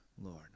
Lord